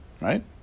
right